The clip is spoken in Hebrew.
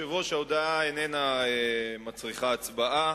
ההודעה איננה מצריכה הצבעה,